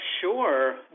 Sure